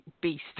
beast